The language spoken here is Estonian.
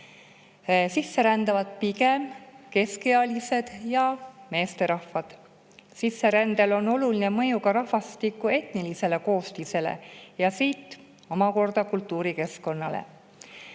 Sisse rändavad pigem keskealised ja meesterahvad. Sisserändel on oluline mõju rahvastiku etnilisele koostisele ja sealt omakorda kultuurikeskkonnale.